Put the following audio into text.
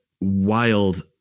wild